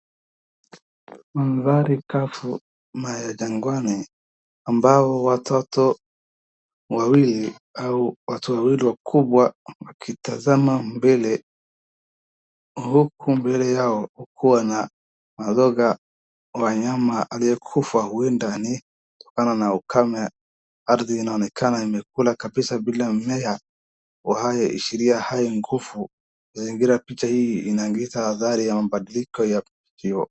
Mandhari kavu ama ya jangwani ambao watoto wawili au watu wawili wakubwa, wakitazama mbele huku mbele yao kuna mazoga ya wanyama waliokufa, huenda ni kutokana na ukame. Ardhi inaonekana imekula kabisaa bila mimea inayoashiria hayo nguvu mazingira picha hii inaonyesha athari ya mabadiliko.